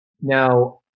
Now